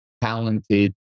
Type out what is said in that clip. talented